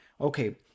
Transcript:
Okay